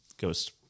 ghost